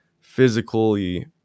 physically